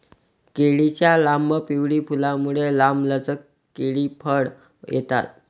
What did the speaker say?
केळीच्या लांब, पिवळी फुलांमुळे, लांबलचक केळी फळे येतात